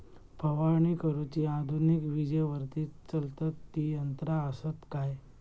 फवारणी करुची आधुनिक विजेवरती चलतत ती यंत्रा आसत काय?